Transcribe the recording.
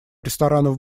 ресторанов